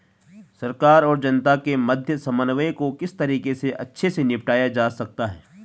सरकार और जनता के मध्य समन्वय को किस तरीके से अच्छे से निपटाया जा सकता है?